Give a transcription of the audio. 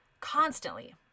Constantly